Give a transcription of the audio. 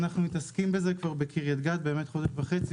שאנחנו מתעסקים בזה בקריית גת כבר חודש וחצי,